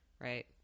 right